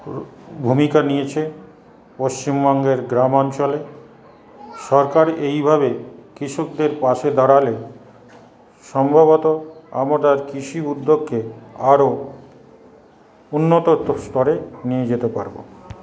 ভূমিকা নিয়েছে পশ্চিমবঙ্গের গ্রাম অঞ্চলে সরকার এইভাবে কৃষকদের পাশে দাঁড়ালে সম্ভাবত আমরা কৃষি উদ্যোগকে আরো উন্নত স্তরে নিয়ে যেতে পারব